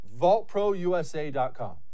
Vaultprousa.com